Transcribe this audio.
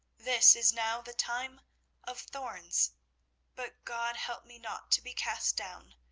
this is now the time of thorns but god help me not to be cast down!